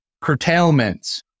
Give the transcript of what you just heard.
curtailments